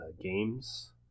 games